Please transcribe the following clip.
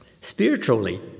spiritually